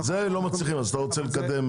זה לא מצליחים אז אתה רוצה לקדם?